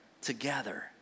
together